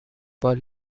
for